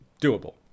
doable